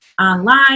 online